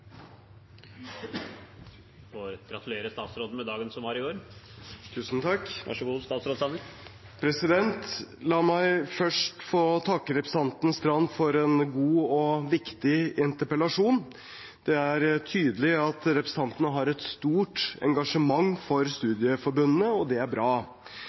La meg først få takke representanten Knutsdatter Strand for en god og viktig interpellasjon. Det er tydelig at representanten har et stort engasjement for studieforbundene, og det er bra.